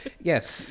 Yes